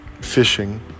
fishing